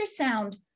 ultrasound